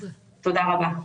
תודה רבה.